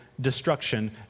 destruction